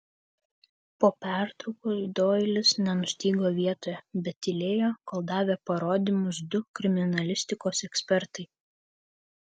po pertraukos doilis nenustygo vietoje bet tylėjo kol davė parodymus du kriminalistikos ekspertai